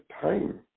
time